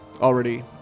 already